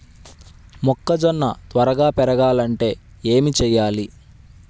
మొక్కజోన్న త్వరగా పెరగాలంటే ఏమి చెయ్యాలి?